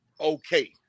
okay